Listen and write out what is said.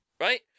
right